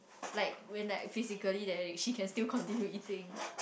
like when like physically there she can still continue eating